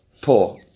poor